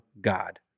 God